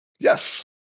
Yes